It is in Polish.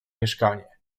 mieszkanie